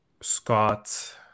Scott